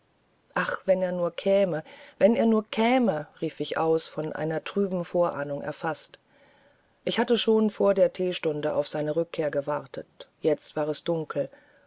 ach wenn er nur käme wenn er nur da wäre rief ich aus von einer trüben vorahnung erfaßt ich hatte schon vor der theestunde auf seine rückkehr gewartet jetzt war es dunkel